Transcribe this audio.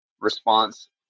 response